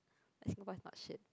Singapore is not shit